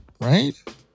right